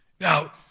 Now